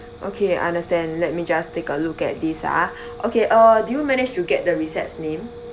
okay understand let me just take a look at this ah okay uh did you manage to get the receps name